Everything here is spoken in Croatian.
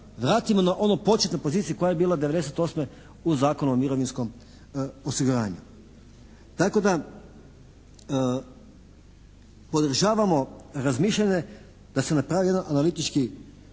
vratimo na onu početnu poziciju koja je bila 98. u Zakonu o mirovinskom osiguranju. Tako da podržavamo razmišljanje da se napravi jedan analitički